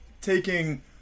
taking